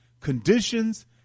conditions